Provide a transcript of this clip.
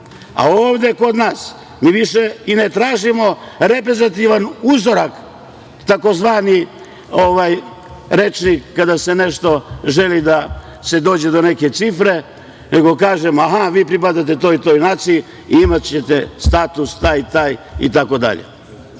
a ovde kod nas mi više i ne tražimo reprezentativni uzorak, tzv. rečnik kada se želi doći do neke cifre, nego kažemo – aha, vi pripadate toj i toj naciji, imaćete status taj i taj itd. Kao